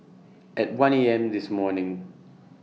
At one A M This morning